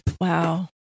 Wow